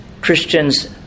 Christians